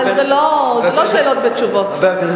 התשע”א 2010, של חבר הכנסת